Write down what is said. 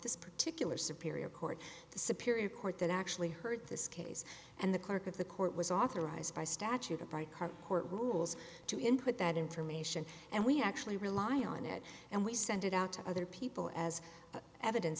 this particular superior court the superior court that actually heard this case and the clerk of the court was authorized by statute or by current court rules to input that information and we actually rely on it and we send it out to other people as evidence